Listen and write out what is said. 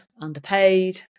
underpaid